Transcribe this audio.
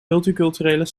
multiculturele